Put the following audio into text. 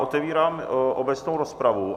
Otevírám obecnou rozpravu.